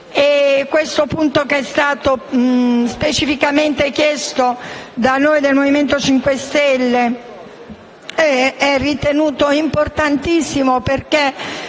Questo punto, specificamente chiesto da noi del Movimento 5 Stelle, è ritenuto importantissimo, perché